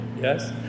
Yes